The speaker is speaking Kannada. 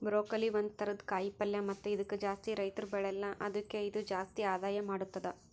ಬ್ರೋಕೊಲಿ ಒಂದ್ ಥರದ ಕಾಯಿ ಪಲ್ಯ ಮತ್ತ ಇದುಕ್ ಜಾಸ್ತಿ ರೈತುರ್ ಬೆಳೆಲ್ಲಾ ಆದುಕೆ ಇದು ಜಾಸ್ತಿ ಆದಾಯ ಮಾಡತ್ತುದ